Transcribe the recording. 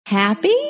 Happy